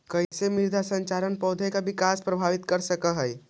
कईसे मृदा संरचना पौधा में विकास के प्रभावित कर सक हई?